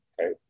Okay